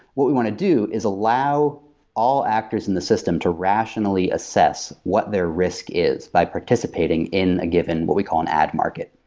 what we want to do is allow all actors in the system to rationally assess what their risk is by participating in a given, what we call an ad market.